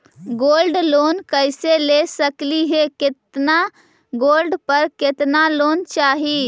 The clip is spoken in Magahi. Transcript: गोल्ड लोन कैसे ले सकली हे, कितना गोल्ड पर कितना लोन चाही?